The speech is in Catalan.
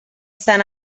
sant